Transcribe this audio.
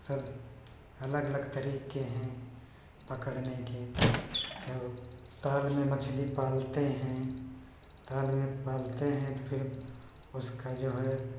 सब अलग अलग तरीके हैं पकड़ने के कि ताल में मछली पालते हैं ताल में पालते हैं फिर उसका जो है